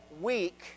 week